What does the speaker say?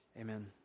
Amen